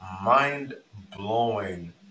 mind-blowing